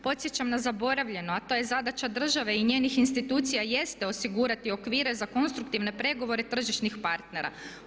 Podsjećam na zaboravljeno, a to je zadaća države i njenih institucija jeste osigurati okvire za konstruktivne pregovore tržišnih partnera.